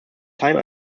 time